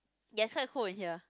gets quite cold in here